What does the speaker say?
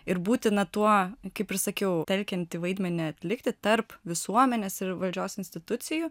ir būtina tuo kaip ir sakiau telkiantį vaidmenį atlikti tarp visuomenės ir valdžios institucijų